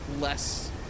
less